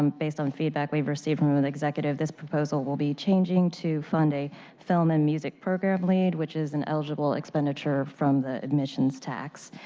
um based on feedback we have received from and executives this proposal will be changing to fund a film and music program which is an eligible expenditure from the admissions tax.